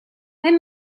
let